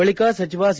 ಬಳಿಕ ಸಚಿವ ಸಿ